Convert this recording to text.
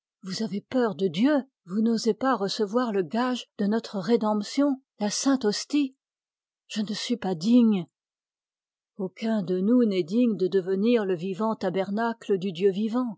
vous avez peur de dieu vous n'osez pas recevoir le gage de notre rédemption la sainte hostie je ne suis pas digne aucun de nous n'est digne de devenir le vivant tabernacle du dieu vivant